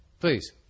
Please